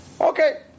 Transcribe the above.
Okay